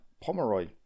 Pomeroy